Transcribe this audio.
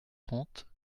trente